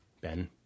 Ben